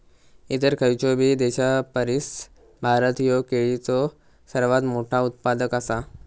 इतर खयचोबी देशापरिस भारत ह्यो केळीचो सर्वात मोठा उत्पादक आसा